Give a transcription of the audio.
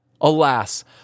alas